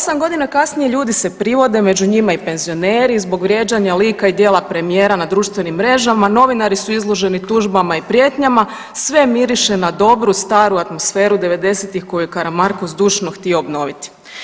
8 godina kasnije ljudi se privode, među njima i penzioneri zbog vrijeđanja lika i djela premijera na društvenim mrežama, novinari su izloženi tužbama i prijetnjama sve miriše na dobru staru atmosferu '90.-tih koju je Karamarko zdušno htio obnoviti.